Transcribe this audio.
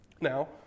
Now